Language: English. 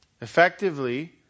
effectively